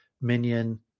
minion